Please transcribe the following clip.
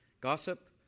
Gossip